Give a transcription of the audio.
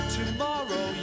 tomorrow